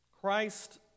christ